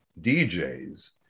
DJs